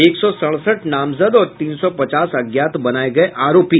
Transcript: एक सौ सड़सठ नामजद और तीन सौ पचास अज्ञात बनाये गये आरोपी